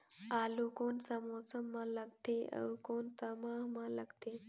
आलू कोन सा मौसम मां लगथे अउ कोन सा माह मां लगथे?